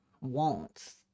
wants